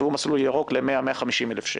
תקבעו מסלול ירוק ל- 150-100 אלף שקל.